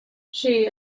she